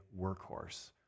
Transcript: workhorse